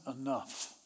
enough